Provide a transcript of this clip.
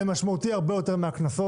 זה משמעותי הרבה יותר מהקנסות.